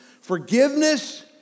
Forgiveness